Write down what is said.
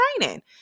training